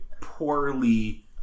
Poorly